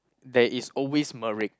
there is always